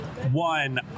One